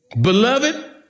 Beloved